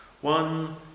one